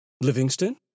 Livingston